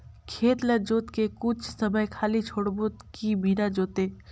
खेत ल जोत के कुछ समय खाली छोड़बो कि बिना जोते?